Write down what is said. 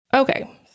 Okay